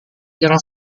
yang